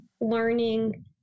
learning